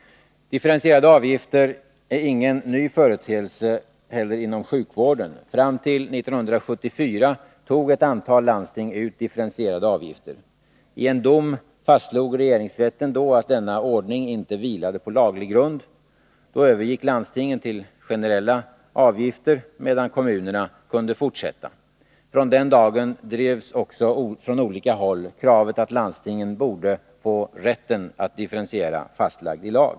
Differentierade avgifter är heller ingen ny företeelse inom sjukvården. Fram till 1974 tog ett antal landsting ut differentierade avgifter. I en dom fastslog regeringsrätten då att denna ordning inte vilade på laglig grund. Då övergick landstingen till generella avgifter, medan kommunerna kunde fortsätta att ta ut differentierade avgifter. Från den dagen drevs också från olika håll kravet att landstingen borde få rätten att differentiera avgifterna fastlagd i lag.